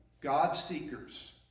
God-seekers